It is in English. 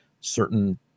certain